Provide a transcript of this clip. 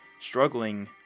Struggling